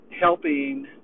helping